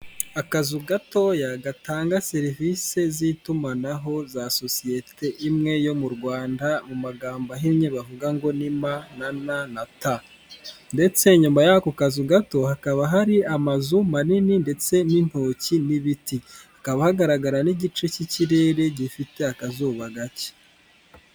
Akazu gatoya gatanga serivise z'itumanaho za sosiyete imwe yo mu Rwanda mu magambo ahinnye bavuga ngo ni ma na na ta ndetse inyuma y'ako kazu gato hakaba hari amazu manini ndetse n'intoki n'ibiti, hakaba hagaragara n'igice cy'ikirere gifite akazuba gake.